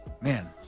Man